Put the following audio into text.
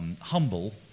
Humble